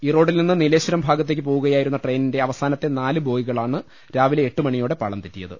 ഈറോഡിൽ നിന്ന് നീലേശ്വരം ഭാഗത്തേക്ക് പോകുകയാ യിരുന്ന ട്രെയിനിന്റെ അവസാനത്തെ നാല് ബോഗികളാണ് രാവിലെ എട്ടുമണിയോടെ പാളം തെറ്റിയത്